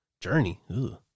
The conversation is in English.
Journey